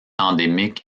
endémique